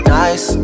nice